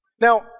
Now